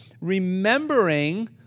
remembering